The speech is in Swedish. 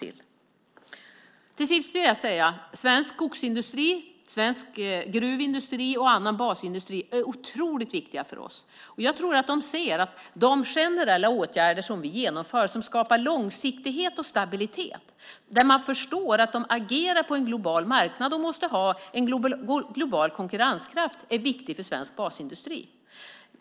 Till sist vill jag säga att svensk skogsindustri, svensk gruvindustri och annan basindustri är otroligt viktigt för oss. Jag tror att man inom industrin ser att de generella åtgärder som vi genomför, som skapar långsiktighet och stabilitet, där vi förstår att de agerar på en global marknad och måste ha global konkurrenskraft, är viktiga för svensk basindustri.